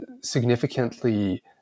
significantly